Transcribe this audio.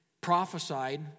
prophesied